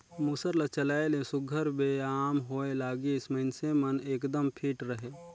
मूसर ल चलाए ले सुग्घर बेयाम होए लागिस, मइनसे मन एकदम फिट रहें